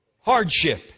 hardship